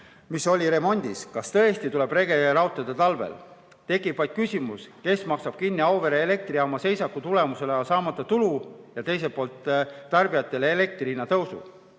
mis oli remondis. Kas tõesti tuleb rege rautada talvel? Tekib küsimus, kes maksab kinni Auvere elektrijaama seisaku tagajärjel saamata tulu ja teiselt poolt tarbijatele elektri hinna tõusu?